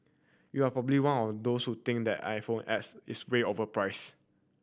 you're probably one of those think the iPhone X is way overpriced